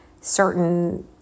certain